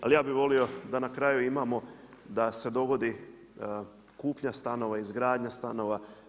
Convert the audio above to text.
Ali ja bi volio da na kraju imamo da se dogodi kupnja stanova, izgradnja stanova.